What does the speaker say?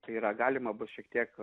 tai yra galima bus šiek tiek